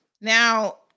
Now